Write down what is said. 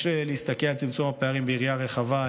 יש להסתכל על צמצום הפערים ביריעה רחבה.